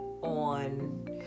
on